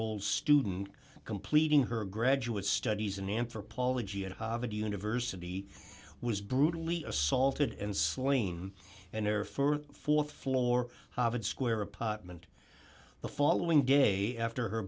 old student completing her graduate studies in anthropology at harvard university was brutally assaulted and slain and therefore th floor square apartment the following day after her